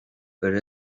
pero